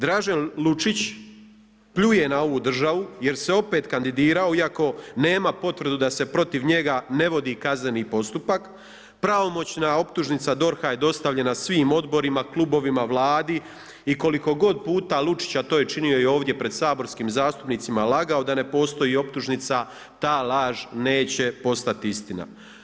Dražen Lučić pljuje na ovu državu jer se opet kandidirao iako nema potvrdu da se protiv njega ne vodi kazneni postupak, pravomoćna optužnica DORH-a je dostavljena svim odborima, klubovima, vladi i koliko god puta Lučića, a to je činio ovdje pred saborskim zastupnicima lagao da ne postoji optužnica, ta laž neće postati istina.